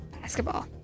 Basketball